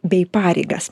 bei pareigas